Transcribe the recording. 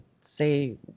say